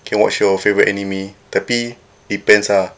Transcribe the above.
can watch your favourite anime tapi depends ah